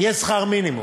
יהיה שכר מינימום.